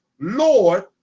Lord